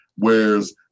Whereas